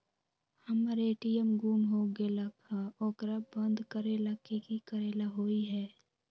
हमर ए.टी.एम गुम हो गेलक ह ओकरा बंद करेला कि कि करेला होई है?